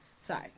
Sorry